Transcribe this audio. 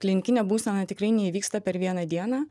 klinikinė būsena tikrai neįvyksta per vieną dieną